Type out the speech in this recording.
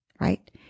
right